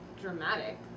dramatic